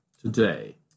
today